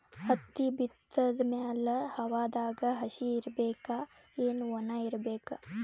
ಹತ್ತಿ ಬಿತ್ತದ ಮ್ಯಾಲ ಹವಾದಾಗ ಹಸಿ ಇರಬೇಕಾ, ಏನ್ ಒಣಇರಬೇಕ?